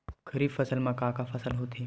खरीफ फसल मा का का फसल होथे?